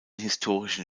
historischen